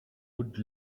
would